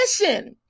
mission